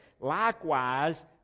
Likewise